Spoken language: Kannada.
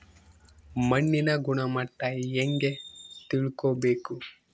ಮಣ್ಣಿನ ಗುಣಮಟ್ಟ ಹೆಂಗೆ ತಿಳ್ಕೊಬೇಕು?